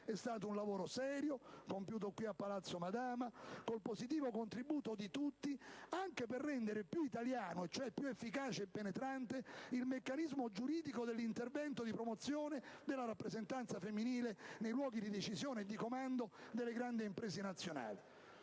È stato un lavoro serio quello compiuto a Palazzo Madama con il positivo contributo di tutti, anche per rendere più italiano, e cioè più efficace e penetrante, il meccanismo giuridico dell'intervento di promozione della rappresentanza femminile nei luoghi di decisione e di comando delle grandi imprese nazionali.